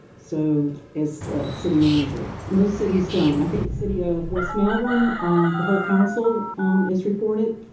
so, as city manager. most cities don't i think city of west melbourne whole council um is reported.